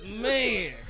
Man